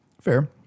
Fair